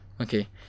Okay